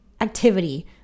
activity